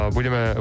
Budeme